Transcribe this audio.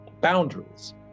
boundaries